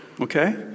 okay